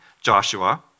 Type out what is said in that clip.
Joshua